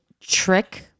trick